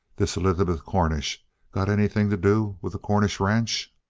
this elizabeth cornish got anything to do with the cornish ranch?